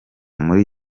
muri